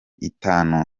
itanu